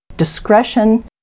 discretion